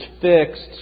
fixed